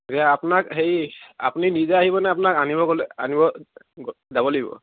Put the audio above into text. তাকে আপোনাক হেৰি আপুনি নিজে আহিবনে আপোনাক আনিব গ'লে আনিব যাব লাগিব